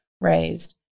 raised